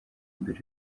mbere